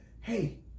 hey